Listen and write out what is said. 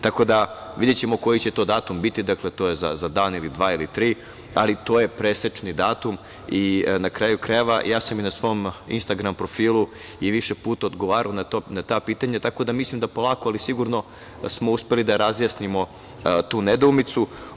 Tako da, videćemo koji će to datum biti, dakle, to je za dan ili dva ili tri, ali to je presečni datum i, na kraju krajeva, ja sam i na svom Instagram profilu i više puta odgovarao na ta pitanja, tako da mislim da polako, ali sigurno smo uspeli da razjasnimo tu nedoumicu.